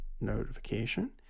notification